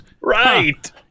Right